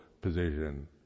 position